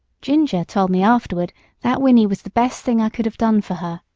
ginger told me afterward that whinny was the best thing i could have done for her,